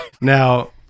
Now